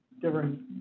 different